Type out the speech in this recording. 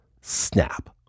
snap